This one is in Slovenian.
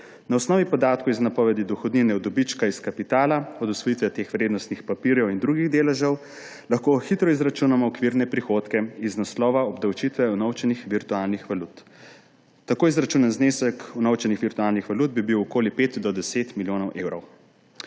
Na osnovi podatkov iz napovedi dohodnine od dobička iz kapitala od odsvojitve teh vrednostnih papirjev in drugih deležev lahko hitro izračunamo okvirne prihodke iz naslova obdavčitve unovčenih virtualnih valut. Tako izračunan znesek unovčenih virtualnih valut bi bil okoli 5 do 10 milijonov evrov.